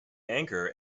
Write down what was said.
anchor